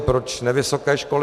Proč ne vysoké školy?